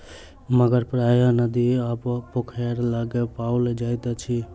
मगर प्रायः नदी आ पोखैर लग पाओल जाइत अछि